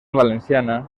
valenciana